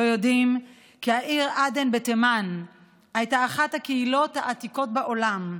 לא יודעים כי בעיר עדן בתימן הייתה אחת הקהילות העתיקות בעולם.